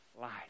life